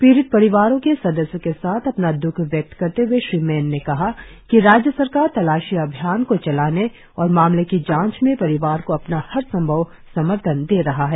पीड़ित परिवारों के सदस्यों के साथ अपना द्रख व्यक्त करते हए श्री मैन ने कहा कि राज्य सरकार तलाशी अभियान को चलाने और मामले की जांच में परिवार को अपना हर संभव समर्थन दे रहा है